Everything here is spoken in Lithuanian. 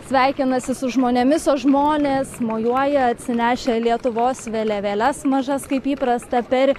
sveikinasi su žmonėmis o žmonės mojuoja atsinešę lietuvos vėliavėles mažas kaip įprasta per